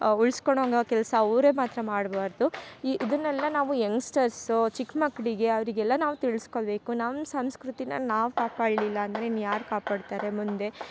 ಉಳ್ಸ್ಕೊಳ್ಳೋಂಗ ಕೆಲಸ ಅವರೇ ಮಾತ್ರ ಮಾಡ್ಬಾರದು ಇದನ್ನೆಲ್ಲ ನಾವು ಯಂಗ್ಸ್ಟರ್ಸ್ಸು ಚಿಕ್ಮಕ್ಕಳಿಗೆ ಅವರಿಗೆಲ್ಲ ನಾವು ತಿಳ್ಸ್ಕೊಬೇಕು ನಮ್ಮ ಸಂಸ್ಕೃತಿನ ನಾವು ಕಾಪಾಳಿಲ್ಲ ಅಂದರೆ ಇನ್ಯಾರು ಕಾಪಾಡ್ತಾರೆ ಮುಂದೆ